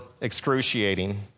excruciating